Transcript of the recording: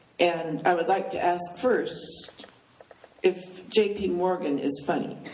and i would like to ask first if j p. morgan is funny.